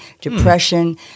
depression